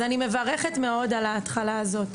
אז אני מברכת מאוד על ההתחלה הזאת.